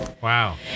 Wow